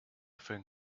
think